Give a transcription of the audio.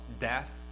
death